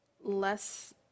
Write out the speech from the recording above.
less